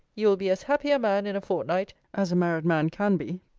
you will be as happy a man in a fortnight, as a married man can be.